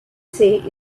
say